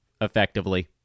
effectively